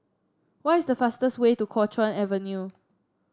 what is the fastest way to Kuo Chuan Avenue